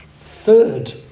third